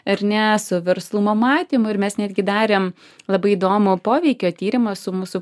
ar ne su verslumo matymu ir mes netgi darėm labai įdomų poveikio tyrimą su mūsų